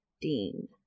Dean